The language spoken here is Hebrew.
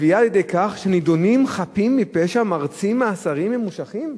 שנידונים חפים מפשע מרצים מאסרים ממושכים.